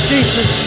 Jesus